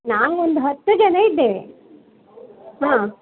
ನಾವು ಒಂದು ಹತ್ತು ಜನ ಇದ್ದೇವೆ ಹಾಂ